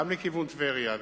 גם לכיוון טבריה,